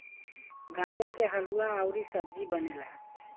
गाजर के हलुआ अउरी सब्जी बनेला